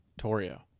torio